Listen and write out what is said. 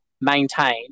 maintain